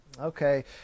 Okay